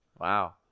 Wow